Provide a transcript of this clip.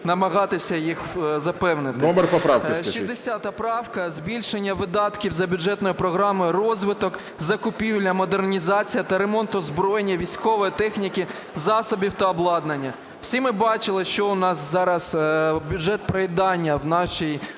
скажіть. ПОЛЯКОВ А.Е. 60 правка, збільшення видатків за бюджетною програмою "Розвиток, закупівля, модернізація та ремонт озброєння, військової техніки засобів та обладнання". Всі ми бачили, що у нас зараз бюджет проїдання в нашій